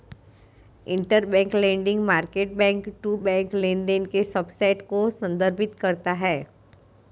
interbank lending market back to back लेनदेन के subset को संदर्भित करता है